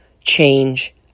change